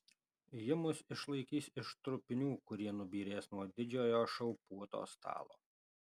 ji mus išlaikys iš trupinių kurie nubyrės nuo didžiojo šou puotos stalo